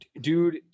dude